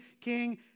king